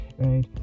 Right